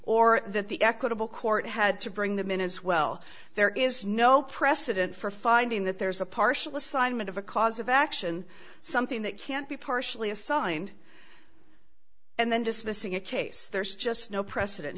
or that the equitable court had to bring them in as well there is no precedent for finding that there's a partial assignment of a cause of action something that can't be partially assigned and then dismissing a case there's just no precedent